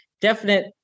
definite